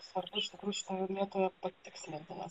svarbu iš tikrųjų šitoje vietoje patikslinti nes